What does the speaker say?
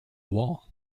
wall